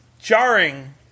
jarring